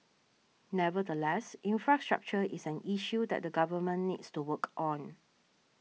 nevertheless infrastructure is an issue that the government needs to work on